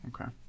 Okay